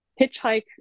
hitchhike